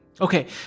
Okay